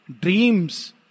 dreams